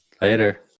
Later